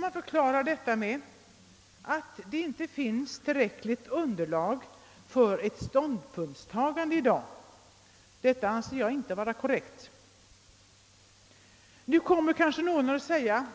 Man förklarar detta med att det i dag inte finns tillräckligt underlag för ett ståndpunktstagande. Detta anser jag inte vara korrekt. Nu kommer kanske någon att säga